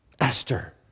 Esther